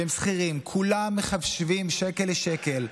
שהם שכירים, וכולם מחשבים שקל לשקל.